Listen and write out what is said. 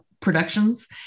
productions